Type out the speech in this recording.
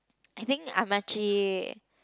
I think Amachi